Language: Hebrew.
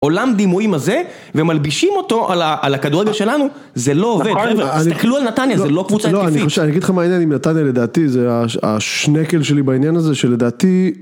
עולם דימויים הזה, ומלבישים אותו על הכדורגל שלנו, זה לא עובד חבר'ה. תסתכלו על נתניה, זה לא קבוצה כיפית. אני אגיד לך מה העניין עם נתניה לדעתי, זה השנקל שלי בעניין הזה, שלדעתי...